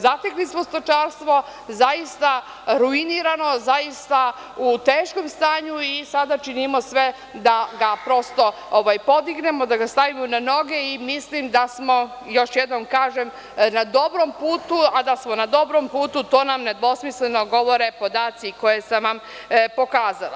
Zatekli smo stočarstvo zaista ruinirano, zaista u teškom stanju i sada činimo sve da ga podignemo, da ga stavimo na noge i mislim da smo, još jednom kažem, na dobrom putu, a da smo na dobrom putu to nam nedvosmisleno govore podaci koje sam vam pokazala.